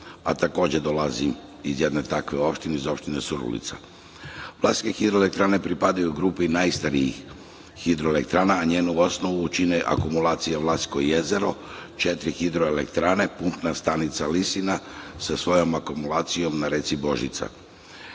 Takođe, dolazim iz jedne takve opštine, iz opštine Surdulica. Vlasinske hidroelektrane pripadaju grupi najstarijih hidroelektrana, a njenu osnovu čine akumulacija Vlasinsko jezero, četiri hidroelektrane, pumpna stanica „Lisina“ sa svojom akumulacijom na reci Božica. Imajući